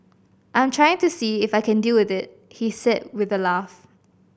I'm trying to see if I can deal with it he said with a laugh